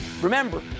remember